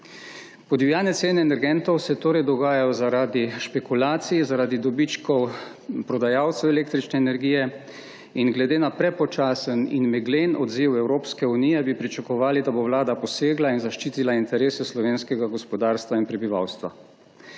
Podivjane cene energentov se torej dogajajo zaradi špekulacij, zaradi dobičkov prodajalcev električne energije. Glede na prepočasen in meglen odziv Evropske unije bi pričakovali, da bo vlada posegla in zaščitila interese slovenskega gospodarstva in prebivalstva.